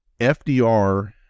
FDR